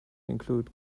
include